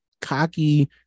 cocky